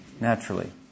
naturally